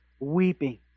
weeping